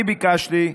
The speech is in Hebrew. אני ביקשתי,